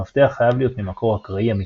המפתח חייב להיות ממקור אקראי אמיתי.